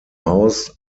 haus